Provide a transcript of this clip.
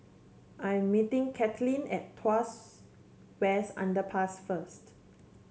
I am meeting Caitlynn at Tuas West Underpass first